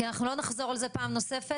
כי אנחנו לא נחזור על זה פעם נוספת.